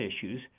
issues